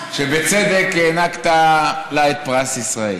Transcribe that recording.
שבצדק הענקת לה את פרס ישראל.